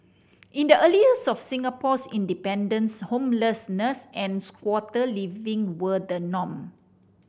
in the early years of Singapore's independence homelessness and squatter living were the norm